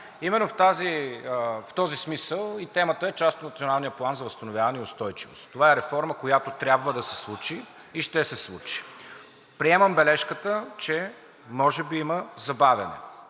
Именно в този смисъл и темата е част от Националния план за възстановяване и устойчивост. Това е реформа, която трябва да се случи и ще се случи. Приемам бележката, че може би има забавяне.